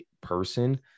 person